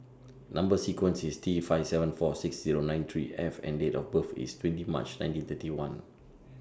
Number sequence IS T five seven four six Zero nine three F and Date of birth IS twenty March nineteen thirty one